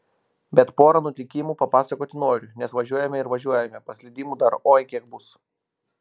bet porą nutikimų papasakoti noriu nes važiuojame ir važiuojame paslydimų dar oi kiek bus